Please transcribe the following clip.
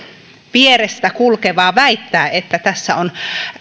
vierestä kulkevaa väittää että tässä on